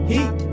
Heat